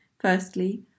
Firstly